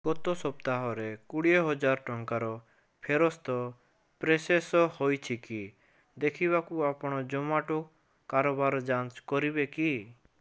ଗତ ସପ୍ତାହ ରେ କୋଡ଼ିଏ ହଜାର ଟଙ୍କାର ଫେରସ୍ତ ପ୍ରସେସ ହୋଇଛିକି ଦେଖିବାକୁ ଆପଣ ଜୋମାଟୋ କାରବାର ଯାଞ୍ଚ କରିବେ କି